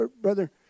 Brother